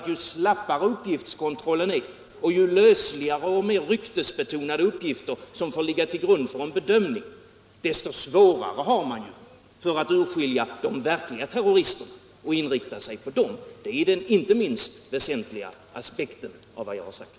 Ju slappare uppgiftskontrollen är och ju lösligare och ju mer ryktesbetonade uppgifter som får ligga till grund för en bedömning, desto svårare har man att urskilja de verkliga riskerna och inrikta sig på dem. Det är den inte minst väsentliga aspekten på vad jag har sagt.